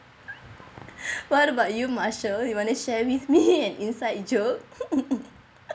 what about you marshal you want to share with me an inside joke